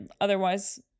Otherwise